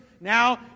Now